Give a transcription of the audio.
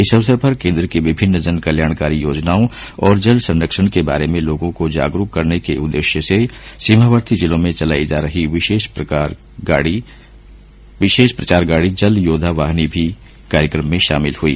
इस अवसर पर केन्द्र की विभिन्न जन कल्याणकारी योजनाओं और जल संरक्षण के बारे में लोगों को जागरूक करने के उददेश्य से सीमावर्ती जिलों में चलायी जा रही विशेष प्रचार गांडी जल योद्वा वाहिनी भी कार्यक्रम में शामिल हई